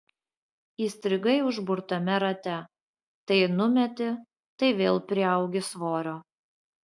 įstrigai užburtame rate tai numeti tai vėl priaugi svorio